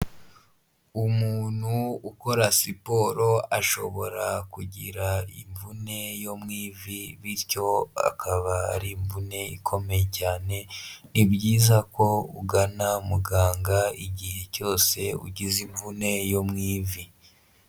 Umuntu ukora siporo ashobora kugira imvune yo mu ivi, bityo akaba ari imvune ikomeye cyane, ni byiza ko ugana muganga igihe cyose ugize imvune yo mu ivi.